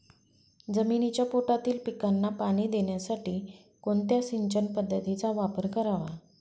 जमिनीच्या पोटातील पिकांना पाणी देण्यासाठी कोणत्या सिंचन पद्धतीचा वापर करावा?